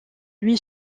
lui